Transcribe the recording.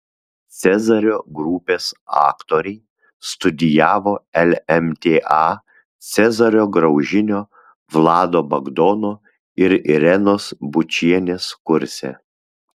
cezario grupės aktoriai studijavo lmta cezario graužinio vlado bagdono ir irenos bučienės kurse